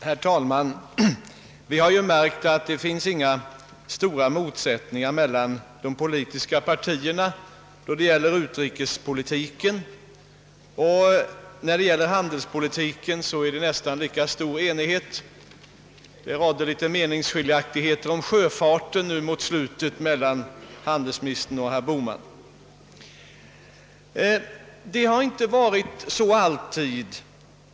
Herr talman! Vi har ju märkt att det inte finns några stora motsättningar mellan de politiska partierna i fråga om utrikespolitiken, och vad beträffar handelspolitiken är det nästan lika stor enighet — det rådde litet meningsskiljaktighet om »sjöfarten» nu mot slutet mellan handelsministern och herr Bohman. Det har inte alltid varit så.